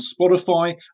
Spotify